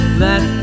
let